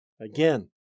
Again